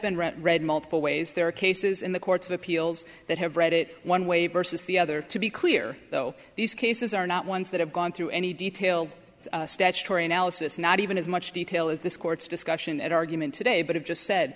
been ret read multiple ways there are cases in the courts of appeals that have read it one way versus the other to be clear though these cases are not ones that have gone through any detailed statutory analysis not even as much detail as this court's discussion and argument today but it just said